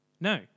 No